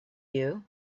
you